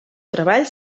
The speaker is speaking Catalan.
treball